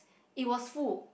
it was full